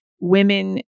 women